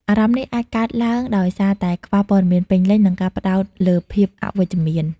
អារម្មណ៍នេះអាចកើតឡើងដោយសារតែ ខ្វះព័ត៌មានពេញលេញ និងការផ្តោតលើភាពអវិជ្ជមាន។